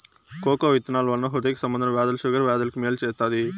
cocoa విత్తనాల వలన హృదయ సంబంధ వ్యాధులు షుగర్ వ్యాధులకు మేలు చేత్తాది